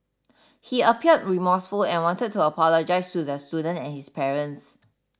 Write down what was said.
he appeared remorseful and wanted to apologise to the student and his parents